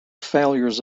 failures